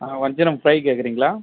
ஆ வஞ்சரம் ஃப்ரை கேட்கிறீங்களா